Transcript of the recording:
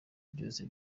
byose